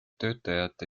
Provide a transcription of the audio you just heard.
töötajate